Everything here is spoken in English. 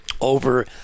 over